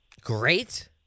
Great